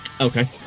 Okay